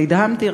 ונדהמתי,